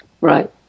Right